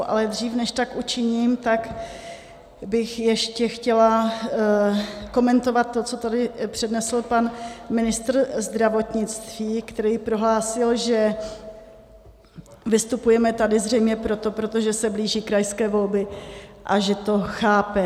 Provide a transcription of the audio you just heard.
Ale dřív, než tak učiním, tak bych ještě chtěla komentovat to, co tady přednesl pan ministr zdravotnictví, který prohlásil, že vystupujeme tady zřejmě proto, protože se blíží krajské volby, a že to chápe.